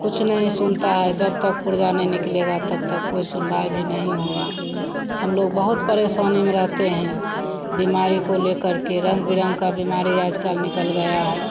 कुछ नहीं सुनता है जब तक पुर्जा नहीं निकलेगा तब तक कोई सुनवाई भी नहीं होगी हमलोग बहुत परेशानी में रहते हैं बीमारी को लेकर के रंगबिरंग की बीमारी आजकल निकल गई है